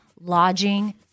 lodging